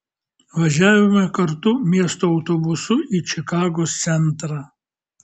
važiavome kartu miesto autobusu į čikagos centrą